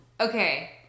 okay